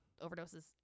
overdoses